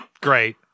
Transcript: Great